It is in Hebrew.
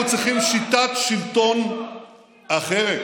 אנחנו צריכים שיטת שלטון אחרת.